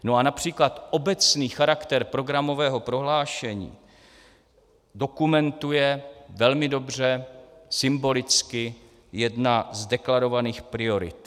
No a například obecný charakter programového prohlášení dokumentuje velmi dobře symbolicky jedna z deklarovaných priorit.